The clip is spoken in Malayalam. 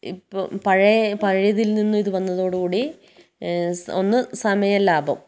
ഇപ്പം പഴയ പഴയതിൽ നിന്നും ഇതു വന്നതോടുകൂടി ഒന്ന് സമയം ലാഭം